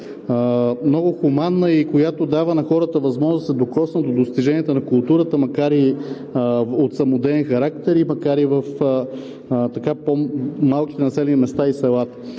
много хуманна и която дава на хората възможност да се докоснат до достиженията на културата макар и от самодеен характер, макар и в по-малките населени места и села.